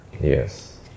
Yes